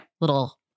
Little